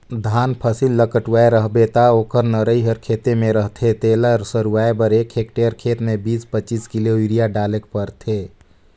धान फसिल ल कटुवाए रहबे ता ओकर नरई हर खेते में रहथे तेला सरूवाए बर एक हेक्टेयर खेत में बीस पचीस किलो यूरिया डालेक परथे